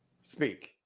speak